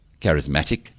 charismatic